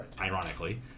ironically